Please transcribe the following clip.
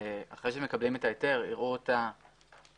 אחרי שמקבלים את ההיתר, יראו אותה